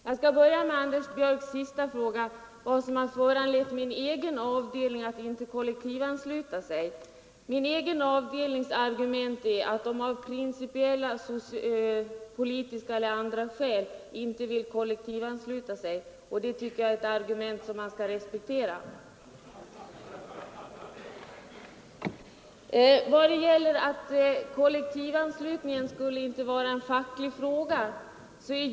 Herr talman! Jag skall börja med att besvara herr Björcks sista fråga, varför min egen avdelning inte har kollektivanslutits. Min egen avdelnings argument är, att den av principiella, politiska eller andra skäl inte vill kollektivansluta sig. Det är, tycker jag, ett argument man skall respektera. Herr Åkerlind säger att kollektivanslutningen inte skulle vara en facklig fråga.